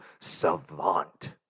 savant